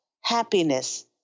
happiness